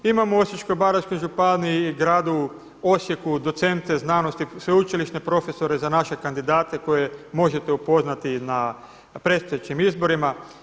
Imamo u Osječko-baranjskoj županiji i gradu Osijeku docente znanosti, sveučilišne profesore za naše kandidate koje možete upoznati na predstojećim izborima.